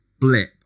blip